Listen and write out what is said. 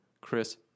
Chris